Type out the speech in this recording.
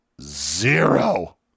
zero